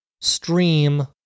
stream